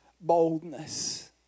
boldness